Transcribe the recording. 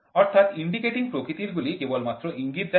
অর্থাৎ ইন্ডিকেটিং প্রকৃতিরগুলি কেবলমাত্র ইঙ্গিত দেয়